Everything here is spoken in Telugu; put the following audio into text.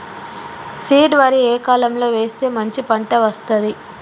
సీడ్ వరి ఏ కాలం లో వేస్తే మంచి పంట వస్తది?